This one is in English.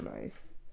nice